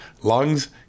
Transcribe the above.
lungs